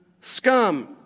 scum